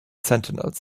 sentinels